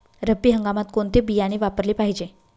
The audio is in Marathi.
रब्बी हंगामात कोणते बियाणे वापरले पाहिजे?